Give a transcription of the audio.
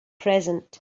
present